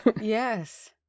Yes